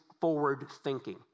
forward-thinking